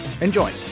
Enjoy